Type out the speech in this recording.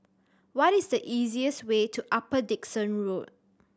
what is the easiest way to Upper Dickson Road